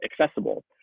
accessible